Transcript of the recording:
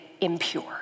impure